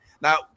Now